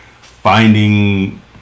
finding